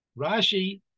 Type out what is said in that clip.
Rashi